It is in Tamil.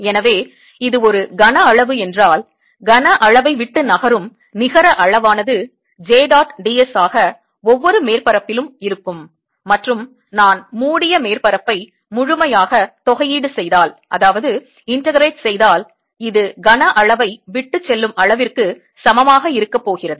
எனவே இது ஒரு கனஅளவு என்றால் கனஅளவை விட்டு நகரும் நிகர அளவானது j dot d s ஆக ஒவ்வொரு மேற்பரப்பிலும் இருக்கும் மற்றும் நான் மூடிய மேற்பரப்பை முழுமையாக தொகையீடு செய்தால் இது கனஅளவை விட்டுச்செல்லும் அளவிற்கு சமமாக இருக்கப்போகிறது